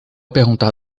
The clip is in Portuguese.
perguntar